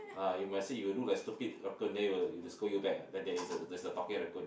ah you must say you look like stupid raccoon then they they will scold you back ah then there is a there is a talking raccoon